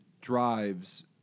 drives